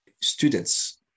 students